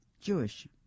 Jewish